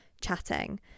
chatting